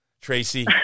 Tracy